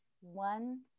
one